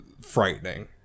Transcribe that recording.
frightening